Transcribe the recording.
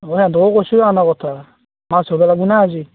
অঁ এহাঁতকো কৈছোঁ ৰহ অনা কথা মাছ ধৰিব লাগবো না আজি